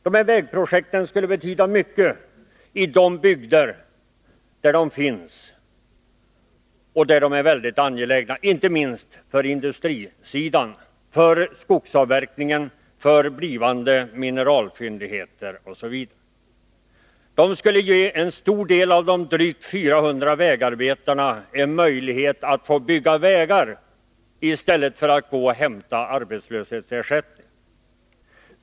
Dessa vägprojekt skulle betyda mycket i de bygder där de finns. De är alla mycket angelägna, inte minst för industrin, för skogsavverkningen, för blivande mineralfyndigheter osv. De skulle ge en stor del av de drygt 400 vägarbetarna en möjlighet att få bygga vägar i stället för att gå och hämta arbetslöshetsersättning.